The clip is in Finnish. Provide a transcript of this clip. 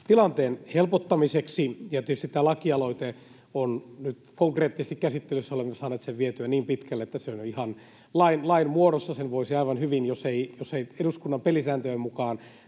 tilanteen helpottamiseksi, ja tietysti tämä lakialoite on nyt konkreettisesti käsittelyssä. Olemme saaneet sen vietyä niin pitkälle, että se on jo ihan lain muodossa. Sen voisi aivan hyvin, jos ei sitä eduskunnan pelisääntöjen mukaan